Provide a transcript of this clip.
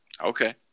Okay